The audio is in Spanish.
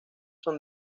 son